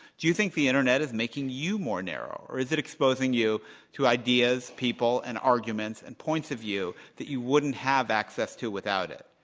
do you think the internet is making you more narrow or is it exposing you to ideas, people, and arguments, and points of view that you wouldn't have access to without it?